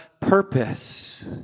purpose